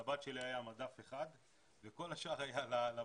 לבת שלי היה מדף אחד וכל השאר היה לבודדת.